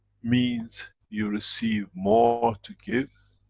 means you receive more to give,